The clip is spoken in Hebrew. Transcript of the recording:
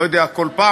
לא יודע, כל פעם.